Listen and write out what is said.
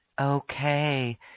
Okay